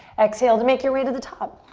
exhale to make your way to the top.